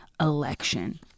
election